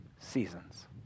seasons